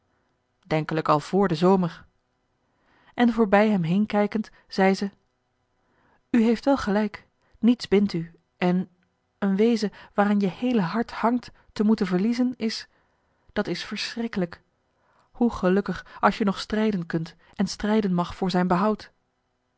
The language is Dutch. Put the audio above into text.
denkelijk al vr de zomer en voorbij hem heen kijkend zei ze u heeft wel gelijk niets bindt u en een wezen waaraan je heele hart hangt te moeten verliezen is dat is verschrikkelijk hoe gelukkig als je nog strijden kunt en strijden mag voor zijn behoud